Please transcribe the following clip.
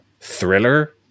thriller